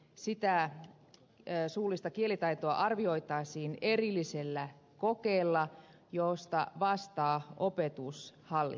sitä suullista kielitaitoa arvioitaisiin erillisellä kokeella josta vastaa opetushallitus